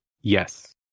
Yes